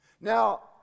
Now